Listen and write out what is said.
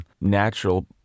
natural